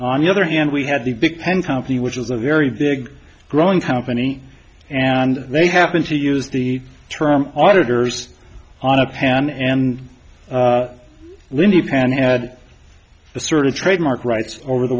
on the other hand we had the big pen company which was a very big growing company and they happened to use the term auditors on a pan and lindy pan had a sort a trademark rights over the